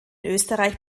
österreich